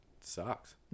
sucks